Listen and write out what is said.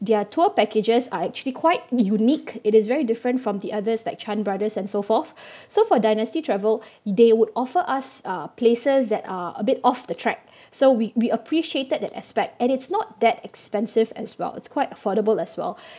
their tour packages are actually quite unique it is very different from the others like Chan brothers and so forth so for dynasty travel they would offer us uh places that are a bit off the track so we we appreciated that aspect and it's not that expensive as well it's quite affordable as well